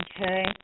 Okay